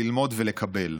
ללמוד ולקבל.